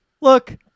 look